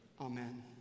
Amen